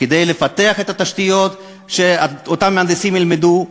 כדי לפתח את התשתיות שאותם מהנדסים ילמדו?